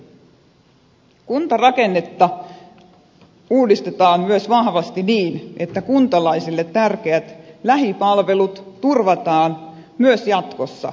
kuntarakennetta uudistetaan myös vahvasti niin että kuntalaisille tärkeät lähipalvelut turvataan myös jatkossa tasapuolisesti